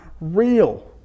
real